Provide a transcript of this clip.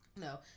no